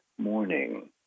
morning